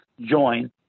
join